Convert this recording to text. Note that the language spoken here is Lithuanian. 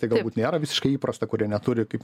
tai galbūt nėra visiškai įprasta kurie neturi kaip